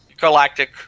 Galactic